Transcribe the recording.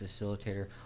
facilitator